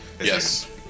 Yes